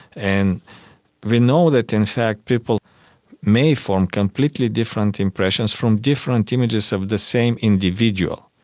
and we know that in fact people may form completely different impressions from different images of the same individual.